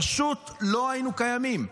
פשוט לא היינו קיימים.